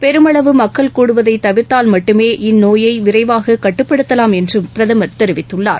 பெருமளவு மக்கள் கூடுவதை தவிர்த்தால் மட்டுமே இந்நோயை விரைவாக கட்டுப்படுத்தவாம் என்று பிரதமர் தெரிவித்துள்ளார்